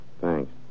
Thanks